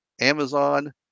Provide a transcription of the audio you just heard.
Amazon